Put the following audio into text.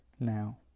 Now